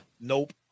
Nope